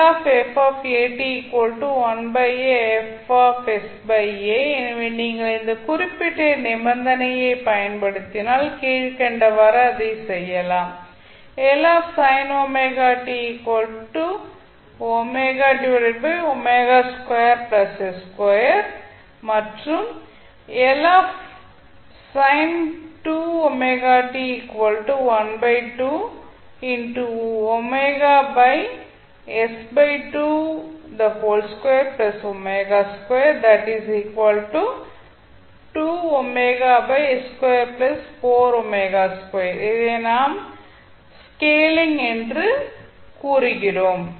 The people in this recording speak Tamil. எனவே நீங்கள் இந்த குறிப்பிட்ட நிபந்தனையைப் பயன்படுத்தினால் கீழ்கண்டவாறு அதைச் சொல்லலாம் sin ωt மாற்று sin 2ωt இதை தன் நாம் ஸ்கெலிங் என்று கூறுகிறோம்